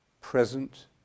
present